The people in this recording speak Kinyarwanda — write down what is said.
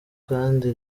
kandi